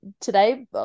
today